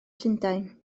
llundain